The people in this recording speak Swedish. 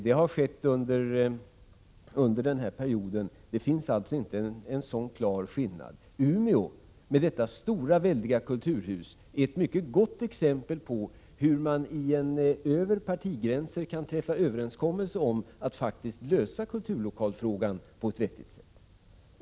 Det har skett under den här perioden — det finns alltså inte en sådan klar skillnad. Umeå med detta väldiga kulturhus är ett mycket gott exempel på hur man över partigränserna kan träffa överenskommelser om att faktiskt lösa kulturlokalsfrågan på ett vettigt sätt.